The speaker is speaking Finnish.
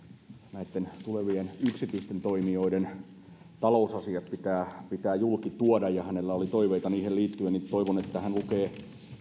näitten tulevien yksityisten toimijoiden talousasiat pitää julki tuoda ja hänellä oli toiveita niihin liittyen niin toivon että hän lukee